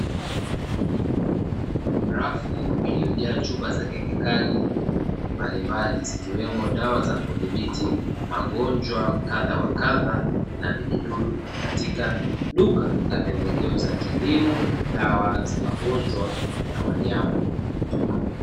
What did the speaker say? Rafu iliyojaa chupa za kemikali mbalimbali, zikiwemo dawa za kudhibiti magonjwa kadha wa kadha na vijidudu katika duka la pembejeo za kiliimo na dawa za magonjwa ya wanyama.